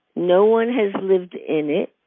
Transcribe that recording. no one has lived in it